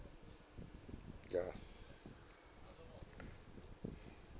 ya